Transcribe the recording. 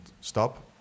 stop